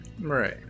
Right